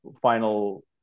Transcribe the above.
final